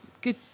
good